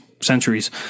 centuries